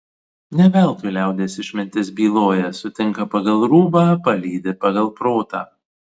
ne veltui liaudies išmintis byloja sutinka pagal rūbą palydi pagal protą